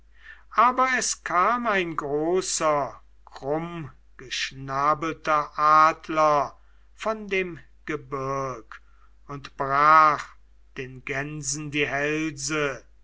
aber es kam ein großer und krummgeschnabelter adler von dem gebirg und brach den gänsen die hälse